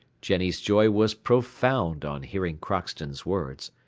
jenny's joy was profound on hearing crockston's words.